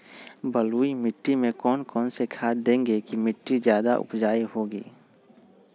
बलुई मिट्टी में कौन कौन से खाद देगें की मिट्टी ज्यादा उपजाऊ होगी?